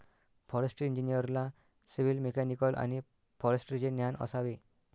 forestry इंजिनिअरला civil, mechanical आणि फॉरेस्ट्रीचे ज्ञान असावे